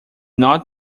not